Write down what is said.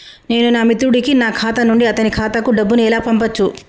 నేను నా మిత్రుడి కి నా ఖాతా నుండి అతని ఖాతా కు డబ్బు ను ఎలా పంపచ్చు?